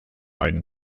einen